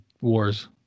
Wars